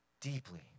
Deeply